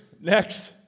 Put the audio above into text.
Next